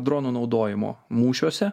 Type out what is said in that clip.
dronų naudojimo mūšiuose